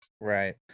Right